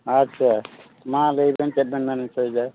ᱟᱪᱪᱷᱟ ᱢᱟ ᱞᱟᱹᱭ ᱵᱮᱱ ᱪᱮᱫ ᱵᱮᱱ ᱢᱮᱱ ᱚᱪᱚᱭᱮᱫᱟ